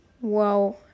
Wow